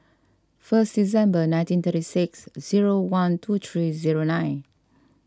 first December nineteen thirty six zero one two three zero nine